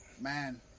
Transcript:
man